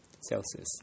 Celsius